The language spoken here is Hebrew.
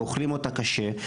ואוכלים אותה קשה.